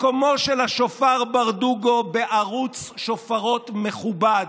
מקומו של השופר ברדוגו בערוץ שופרות מכובד,